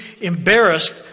embarrassed